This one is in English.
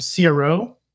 CRO